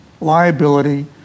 liability